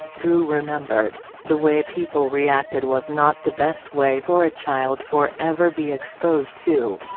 dru remembered the way people reacted was not the best way for a child for ever be exposed to.